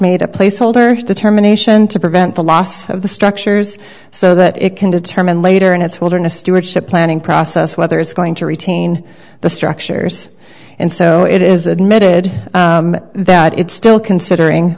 made a placeholder determination to prevent the loss of the structures so that it can determine later in its wilderness stewardship planning process whether it's going to retain the structures and so it is admitted that it's still considering